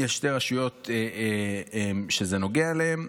יש שתי רשויות שזה נוגע אליהן,